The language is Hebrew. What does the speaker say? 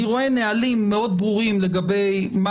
אני רואה נהלים מאוד ברורים לגבי מה